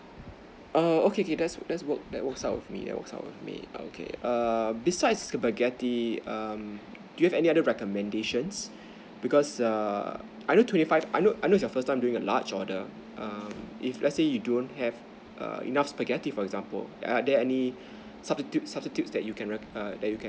err okay okay that's that's work that's out with me that's work out with me okay err besides the spaghetti um do you have any other recommendations because err I know twenty five I know I know this is first time you're doing the large order um if let say you don't have err enough spaghetti for example are there any substitute substitute that you can rec~ err that you can